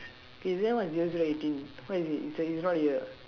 eh then why's yours write eighteen what is it it's ri~ it's right here